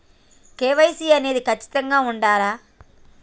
KYC అనేది ఖచ్చితంగా ఉండాలా?